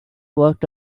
walked